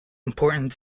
important